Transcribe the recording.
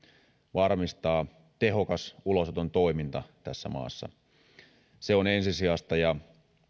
varmistaa tehokas ulosoton toiminta tässä maassa se on ensisijaista ja